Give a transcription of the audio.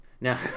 Now